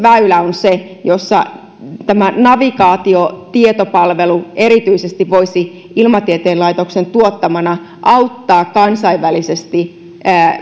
se jossa tämä navigaatiotietopalvelu erityisesti voisi ilmatieteen laitoksen tuottamana auttaa kansainvälisesti